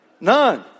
None